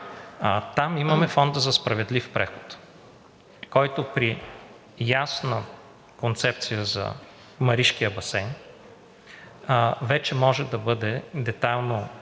Там имаме Фонда за справедлив преход, който при ясна концепция за Маришкия басейн вече може да бъде детайлно